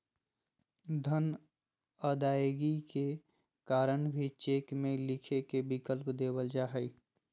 धन अदायगी के कारण भी चेक में लिखे के विकल्प देवल जा हइ